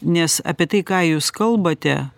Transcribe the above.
nes apie tai ką jūs kalbate